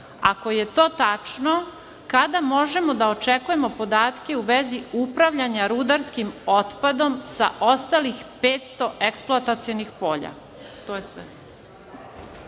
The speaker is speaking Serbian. Ako je to tačno, kada možemo da očekujemo podatke u vezi upravljanja rudarskim otpadom sa ostalih 500 eksploatacionih polja? To je sve.